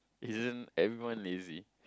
isn't everyone lazy